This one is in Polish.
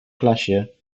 klasie